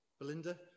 Belinda